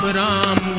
ram